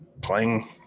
playing